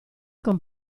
con